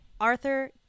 Arthur